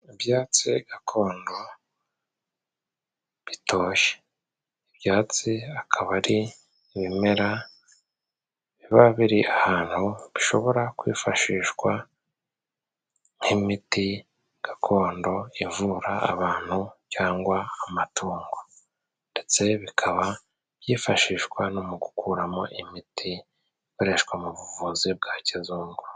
Ibyatsi gakondo bitoshye, ibyatsi akaba ari ibimera biba biri ahantu bishobora kwifashishwa nk'imiti gakondo ivura abantu cyangwa amatungo. Ndetse bikaba byifashishwa no mu gukuramo imiti ikoreshwa mu buvuzi bwa kizungu.